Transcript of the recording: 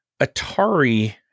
Atari